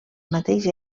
mateix